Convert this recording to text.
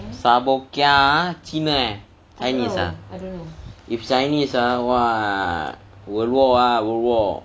sabo kia ah cina eh chinese ah if chinese ah !wah! world war ah world war